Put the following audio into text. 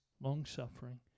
longsuffering